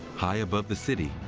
high above the city,